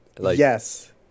Yes